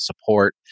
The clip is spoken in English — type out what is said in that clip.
support